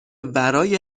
ورای